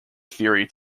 theory